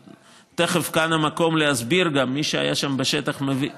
תכף, כאן המקום להסביר, מי שהיה שם בשטח מבין.